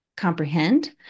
Comprehend